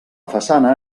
façana